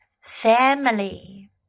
family